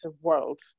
world